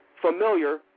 familiar